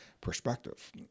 perspective